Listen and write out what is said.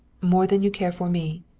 more than you care for me?